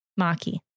Maki